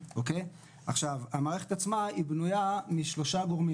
המערכת עצמה בנוייה משלושה גורמים.